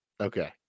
Okay